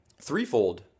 threefold